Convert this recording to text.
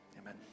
Amen